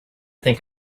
think